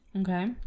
Okay